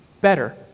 better